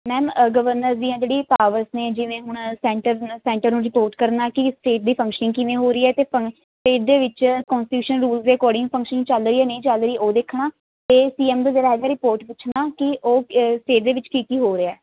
ma'am governor ਦੀਆਂ ਜਿਹੜੀ powers ਨੇ ਜਿਵੇਂ ਹੁਣ ਸੈਂਟਰ ਸੈਂਟਰ ਨੂੰ ਰਿਪੋਰਟ ਕਰਨਾ ਕਿ ਸਟੇਟ ਦੀ ਫੰਕਸ਼ਨਿੰਗ ਕਿਵੇਂ ਹੋ ਰਹੀ ਹੈ ਅਤੇ ਫੰ ਇਹਦੇ ਵਿੱਚ ਕੋਂਸਟੀਟਿਊਸ਼ਨ ਰੂਲਸ ਦੇ ਅਕੋਰਡਿੰਗ ਫੰਕਸ਼ਨਿੰਗ ਚੱਲ ਰਹੀ ਹੈ ਜਾਂ ਨਹੀਂ ਚੱਲ ਰਹੀ ਉਹ ਦੇਖਣਾ ਅਤੇ ਸੀ ਐਮ ਰਿਪੋਰਟ ਪੁੱਛਣਾ ਕਿ ਉਹ ਸਟੇਟ ਦੇ ਵਿੱਚ ਕੀ ਕੀ ਹੋ ਰਿਹਾ